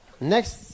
Next